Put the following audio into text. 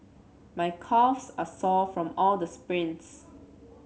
my calves are sore from all the sprints